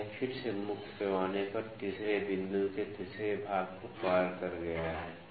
तो यह फिर से मुख्य पैमाने पर तीसरे बिंदु के तीसरे भाग को पार कर गया है